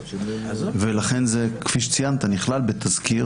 ולכן כפי שציינת זה נכלל בתזכיר.